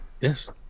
Yes